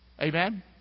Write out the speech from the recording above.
Amen